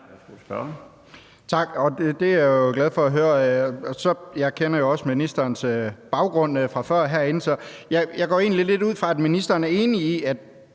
Tak. Det er jeg glad for at høre. Jeg kender jo også ministerens baggrund fra før. Jeg går egentlig lidt ud fra, at ministeren er enig,